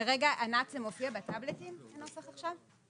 ענת, הנוסח עכשיו מופיע בטאבלטים?